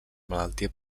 malaltia